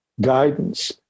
guidance